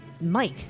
Mike